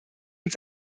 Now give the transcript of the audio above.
uns